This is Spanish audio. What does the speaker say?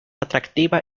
atractiva